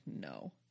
No